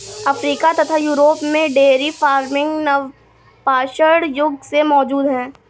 Africa तथा Europe में dairy farming नवपाषाण युग से मौजूद है